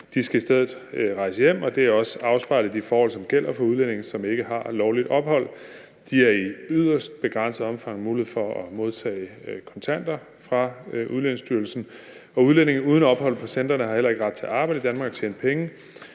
De skal i stedet rejse hjem, og det er også afspejlet i de forhold, som gælder for udlændinge, som ikke har lovligt ophold; de har i yderst begrænset omfang mulighed for at modtage kontanter fra Udlændingestyrelsen, og udlændinge uden ophold på centrene har heller ikke ret til at arbejde i Danmark og tjene penge.